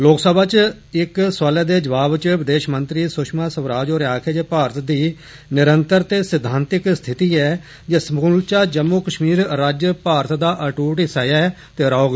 लोक सभा च इक सुआल दे जवाब च विदेष मंत्री सुशमा स्वराज होरें आक्खेआ जे भारत दी निरंतर ते सिद्वांतिक स्थिति ऐ जे समुलचा जम्मू कष्मीर राज्य भारत दा अटूट हिस्सा ऐ ते रौह्ग